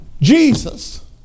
Jesus